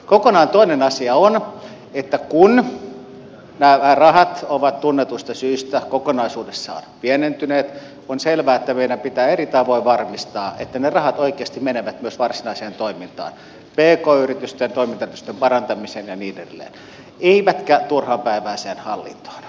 kokonaan toinen asia on että kun nämä rahat ovat tunnetuista syistä kokonaisuudessaan pienentyneet on selvää että meidän pitää eri tavoin varmistaa että ne rahat oikeasti menevät myös varsinaiseen toimintaan pk yritysten toimintaedellytysten parantamiseen ja niin edelleen eivätkä turhanpäiväiseen hallintoon